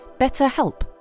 BetterHelp